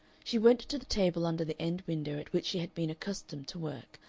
she went to the table under the end window at which she had been accustomed to work,